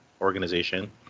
organization